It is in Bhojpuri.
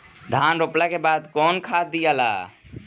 धान रोपला के बाद कौन खाद दियाला?